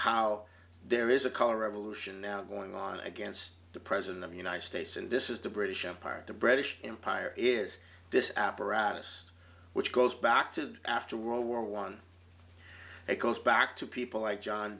how there is a color revolution now going on against the president of the united states and this is the british empire the british empire is this apparatus which goes back to after world war one it goes back to people like john